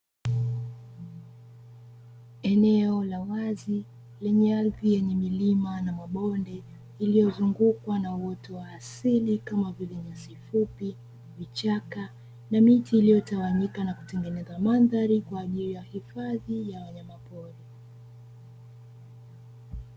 Eneo la wazi lenye ardhi yenye milima na mabonde, lililozungukwa na uoto wa asili kama vile nyasi, fupi vichaka na miti iliyotawanyika na kutengeneza mandhari kwa ajili ya hifadhi ya wanyama pori.